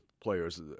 players